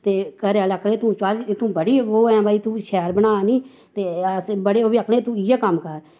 ते घरे आह्ले आक्खा दे मड़ी तू बड़ी ओह् ऐं भाई तूं शैल बना नी ते अस बड़े ओह् आखन लगे तूं इयाै कम्म कर